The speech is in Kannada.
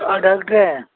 ಹಾಂ ಡಾಕ್ಟ್ರೇ